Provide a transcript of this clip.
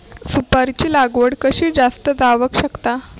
सुपारीची लागवड कशी जास्त जावक शकता?